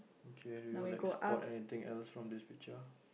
okay do you like spot anything else from this picture